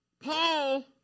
Paul